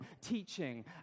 teaching